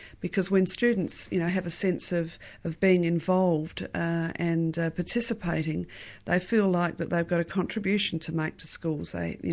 because when students have a sense of of being involved and participating they feel like that they've got a contribution to make to schools. you